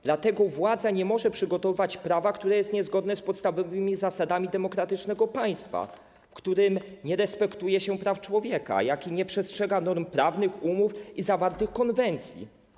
Dlatego władza nie może przygotowywać prawa, które jest niezgodne z podstawowymi zasadami demokratycznego państwa, w którym nie respektuje się praw człowieka i nie przestrzega norm prawnych, umów i zawartych konwencji.